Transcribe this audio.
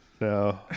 no